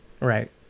Right